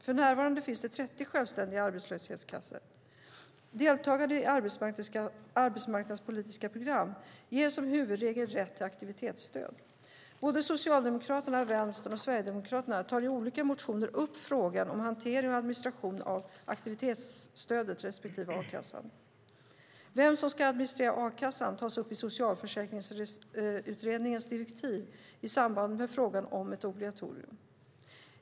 För närvarande finns det 30 självständiga arbetslöshetskassor. Deltagande i arbetsmarknadspolitiska program ger som huvudregel rätt till aktivitetsstöd. Både Socialdemokraterna, Vänstern och Sverigedemokraterna tar i olika motioner upp frågan om hantering och administration av aktivitetsstödet respektive a-kassan. Vem som ska administrera a-kassan tas upp i Socialförsäkringsutredningens direktiv i samband med frågan om ett obligatorium.